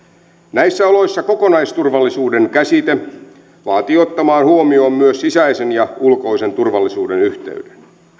näissä oloissa kokonaisturvallisuuden käsite vaatii ottamaan huomioon myös sisäisen ja ulkoisen turvallisuuden yhteyden